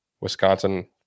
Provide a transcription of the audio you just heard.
Wisconsin